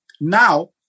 now